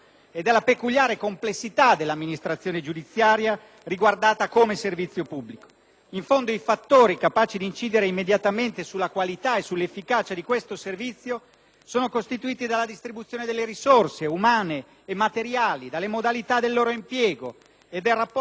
In fondo, i fattori capaci di incidere immediatamente sulla qualità e sull'efficacia di questo servizio sono costituiti dalla distribuzione delle risorse, umane e materiali, dalle modalità del loro impiego e dal rapporto tra le diverse competenze professionali, tutti fattori che sono nella disponibilità del Ministero.